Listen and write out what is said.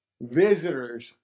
visitors